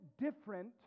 different